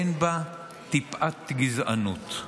אין בה טיפת גזענות.